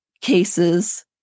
cases